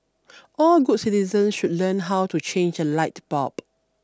all good citizens should learn how to change a light bulb